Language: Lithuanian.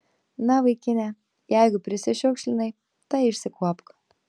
na vaikine jeigu prisišiukšlinai tai išsikuopk